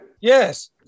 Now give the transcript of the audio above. Yes